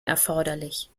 erforderlich